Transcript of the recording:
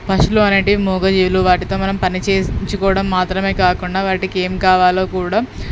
పశులు అనేవి మూగజీవులు వాటితో మనం పని చేయించుకోవడం మాత్రమే కాకుండా వాటికేం కావాలో కూడా